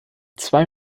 zwei